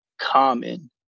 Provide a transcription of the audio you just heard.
common